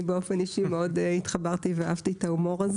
אני אישית התחברתי ואהבתי אותו.